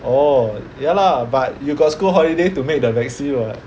orh ya lah but you got school holiday to make the vaccine [what]